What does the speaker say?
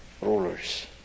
rulers